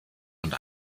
und